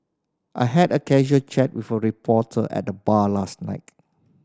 I had a casual chat with a reporter at the bar last night